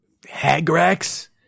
Hagrax